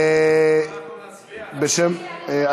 ומצביעים על